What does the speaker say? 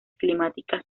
climáticas